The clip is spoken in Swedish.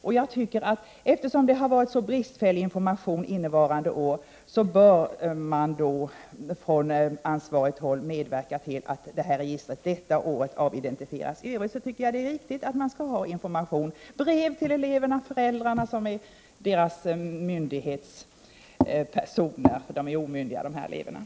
Eftersom informationen innevarande år har varit så bristfällig, tycker jag att man från ansvarigt håll bör medverka till att registret detta år avidentifieras. I övrigt tycker jag att det är riktigt att information förekommer i form av brev till föräldrarna, som är dessa elevers målsmän. De här eleverna är ju omyndiga.